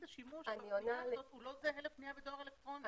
השימוש בזה לא זהה לפניה בדואר אלקטרוני.